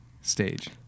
stage